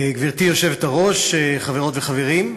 גברתי היושבת-ראש, חברות וחברים,